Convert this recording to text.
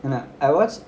ஆமா:aama I wat~